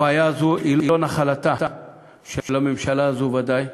הבעיה הזאת היא לא נחלתה של הממשלה הזאת, ודאי,